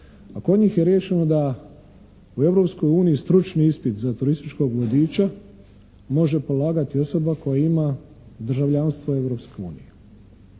A kod njih je riješeno da u Europskoj uniji stručni ispit za turističkog vodiča može polagati osoba koja ima državljanstvo